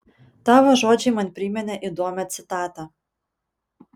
tavo žodžiai man priminė įdomią citatą